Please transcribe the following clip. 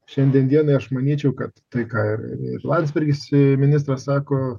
šiandien dienai aš manyčiau kad tai ką ir landsbergis ministras sako